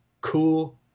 cool